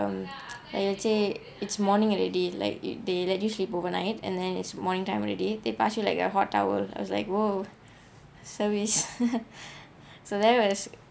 um like they would say it's morning already like they let you sleep overnight and then it's morning to already they pass you like a hot towel I was like !whoa! service so there was